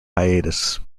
hiatus